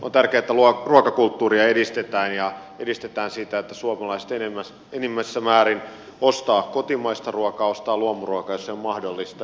on tärkeä että ruokakulttuuria edistetään ja edistetään sitä että suomalaiset enimmässä määrin ostavat kotimaista ruokaa ostavat luomuruokaa jos se on mahdollista